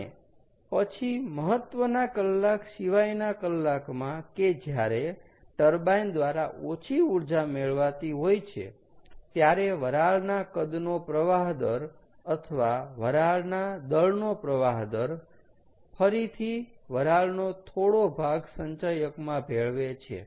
અને પછી મહત્વના કલાક સિવાયના કલાકમાં કે જ્યારે ટર્બાઈન દ્વારા ઓછી ઊર્જા મેળવાતી હોય છે ત્યારે વરાળના કદનો પ્રવાહ દર અથવા વરાળના દળ નો પ્રવાહ દર ફરીથી વરાળનો થોડો ભાગ સંચયકમાં ભેળવે છે